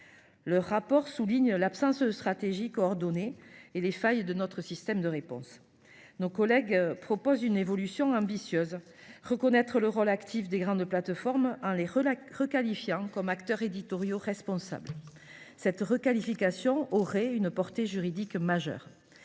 Leur rapport souligne une absence de stratégie coordonnée et pointe les failles de notre système de réponse. Aussi proposent ils une évolution ambitieuse : reconnaître le rôle actif des grandes plateformes en les requalifiant comme des acteurs éditoriaux responsables. Cette requalification aurait une portée juridique majeure